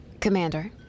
Commander